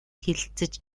хэлэлцэж